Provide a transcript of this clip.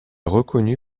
reconnu